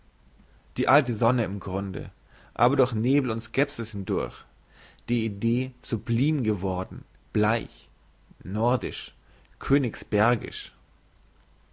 die alte sonne im grunde aber durch nebel und skepsis hindurch die idee sublim geworden bleich nordisch